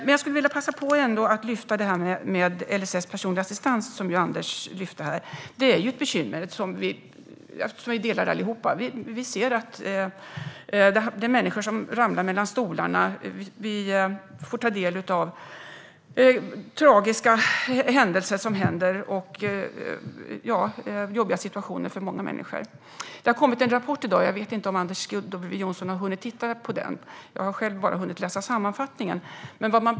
Jag skulle vilja passa på att lyfta fram det här med LSS och personlig assistans, som Anders tog upp. Det är ett bekymmer som vi delar allihop. Vi ser att människor faller mellan stolarna. Vi får ta del av tragiska händelser som inträffar. Det uppstår jobbiga situationer för många människor. I dag har det kommit en rapport från ISF i detta ämne. Jag vet inte om Anders W Jonsson har hunnit titta på den. Jag har själv bara hunnit läsa sammanfattningen.